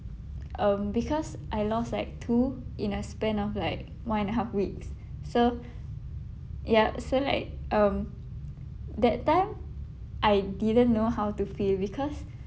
um because I loss like two in a span of like one and a half weeks so ya so like um that time I didn't know how to feel because